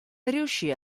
riuscì